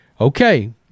Okay